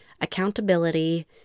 accountability